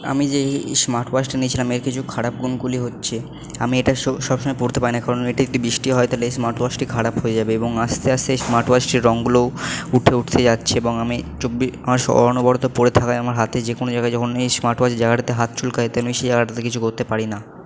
আমি যেই এই স্মার্ট ওয়াচটা নিয়েছিলাম এর কিছু খারাপ গুণগুলি হচ্ছে আমি এটা সবসময় পড়তে পারি না কারণ এটি বৃষ্টি হয় তাহলে এই স্মার্ট ওয়াচটি খারাপ হয়ে যাবে এবং আস্তে আস্তে স্মার্ট ওয়াচটির রঙগুলোও উঠে উঠে যাচ্ছে এবং আমি চব্বিশ অনবরত পরে থাকায় আমার হাতে যে কোন জায়গায় যখনি স্মার্ট ওয়াচের জায়গাটাতে হাত চুলকায় তেমনি সেই জায়গাটাতে কিছু করতে পারি না